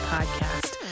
Podcast